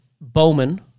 Bowman